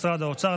משרד האוצר,